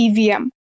evm